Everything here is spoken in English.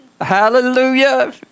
hallelujah